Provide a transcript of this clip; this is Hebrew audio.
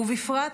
ובפרט,